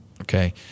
okay